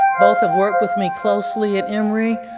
both have worked with me closely at emory.